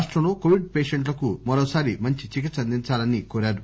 రాష్టంలో కోవిడ్ పేషెంట్లకు మరోసారి మంచి చికిత్స అందించాలని కోరారు